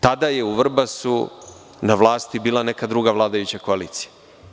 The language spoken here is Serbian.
Tada je u Vrbasu na vlasti bila neka druga vladajuća koalicija.